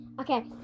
Okay